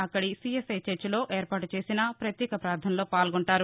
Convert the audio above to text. అక్కడి సీఎస్ఐ చర్చిలో ఏర్పాటు చేసిన ప్రత్యేక ప్రార్థనల్లో పాల్గొంటారు